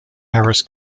harris